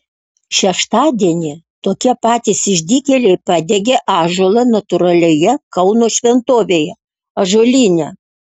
šeštadienį tokie patys išdykėliai padegė ąžuolą natūralioje kauno šventovėje ąžuolyne